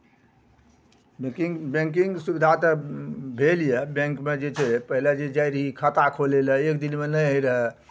banking banking सुविधा तऽ भेल यए बैंकमे जे छै पहिले जे जाइत रहियै खाता खोलय लए एक दिनमे नहि होइत रहए